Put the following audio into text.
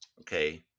okay